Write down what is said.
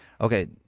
okay